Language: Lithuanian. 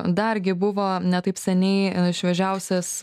dar gi buvo ne taip seniai šviežiausias